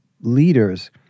leaders